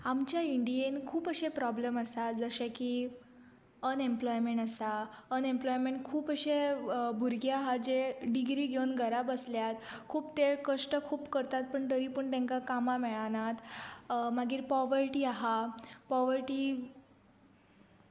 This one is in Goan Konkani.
आमच्या इंडियेन खूब अशे प्रोब्लेम आसात जशे की अनएम्प्लॉयमेंट आसा अनएम्प्लॉयमेंट खूब अशे भुरगे आहा जे डिग्री घेवन घरा बसल्यात खूब ते कश्ट खूब करतात पूण तरी पूण तांकां कामां मेळनात मागीर पॉवर्टी आहा पॉवर्टी